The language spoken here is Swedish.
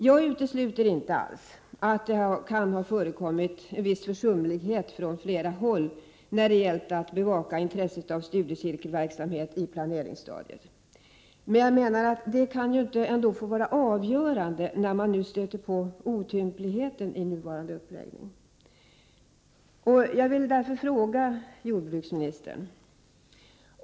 Jag vill inte alls utesluta att det kan ha förekommit en viss försumlighet från flera håll när det gällt att i planeringsstadiet bevaka intresset av studiecirkelverksamhet. Men det kan inte få vara avgörande när man stöter på otympligheter i nuvarande uppläggning. Jag vill ställa en fråga till jordbruksministern.